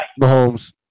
Mahomes